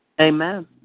Amen